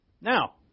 Now